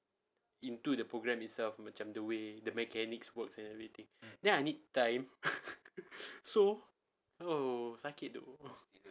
into the program itself macam the way the mechanics works and everything then I need time so oh sakit